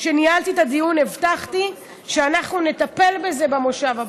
כשניהלתי את הדיון הבטחתי שאנחנו נטפל בזה במושב הבא,